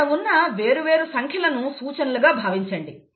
ఇక్కడ ఉన్న వేరు వేరు సంఖ్యలను సూచనలగా భావించండి